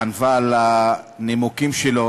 הענווה לנימוקים שלו.